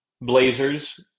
Blazers